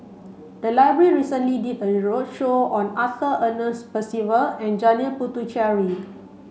the library recently did a roadshow on Arthur Ernest Percival and Janil Puthucheary